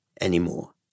anymore